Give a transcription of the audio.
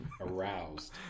aroused